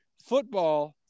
Football –